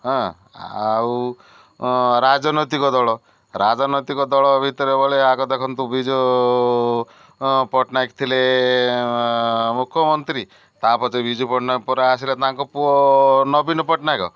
ହଁ ଆଉ ରାଜନୈତିକ ଦଳ ରାଜନୈତିକ ଦଳ ଭିତରେ ବୋଲେ ଆଗ ଦେଖନ୍ତୁ ବିଜୁ ପଟ୍ଟନାୟକ ଥିଲେ ମୁଖ୍ୟମନ୍ତ୍ରୀ ତା ପଛେ ବିଜୁ ପଟ୍ଟନାୟକ ପରେ ଆସିଲା ତାଙ୍କ ପୁଅ ନବୀନ ପଟ୍ଟନାୟକ